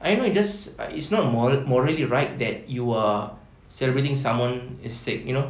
I know it just it's not morally right that you are celebrating someone is sick you know